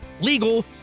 legal